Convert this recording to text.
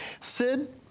Sid